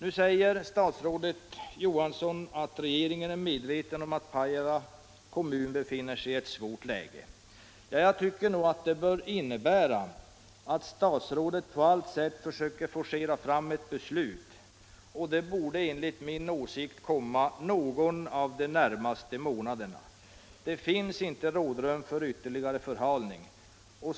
Nu säger statsrådet Johansson att regeringen är medveten om att Pajala kommun befinner sig i ett svårt läge, och det bör då innebära att statsrådet på allt sätt försöker forcera fram ett beslut, som enligt min mening borde komma någon av de närmaste månaderna. Det finns inte rådrum för ytterligare förhalning.